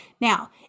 Now